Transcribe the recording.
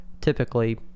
typically